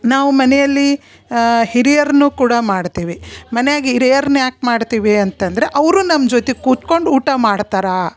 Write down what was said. ನಾವು ಮನೆಯಲ್ಲಿ ಹಿರಿಯರನ್ನು ಕೂಡ ಮಾಡ್ತೀವಿ ಮನ್ಯಾಗ ಹಿರಿಯರ್ನ್ ಯಾಕೆ ಮಾಡ್ತೀವಿ ಅಂತಂದರೆ ಅವರೂ ನಮ್ಮ ಜೊತೆ ಕುತ್ಕೊಂಡು ಊಟ ಮಾಡ್ತಾರೆ